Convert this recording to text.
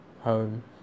home